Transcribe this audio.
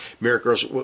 Miracles